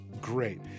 great